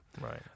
Right